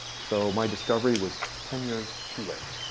so my discovery was ten years too late.